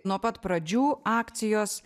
nuo pat pradžių akcijos